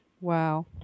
Wow